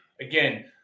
again